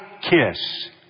kiss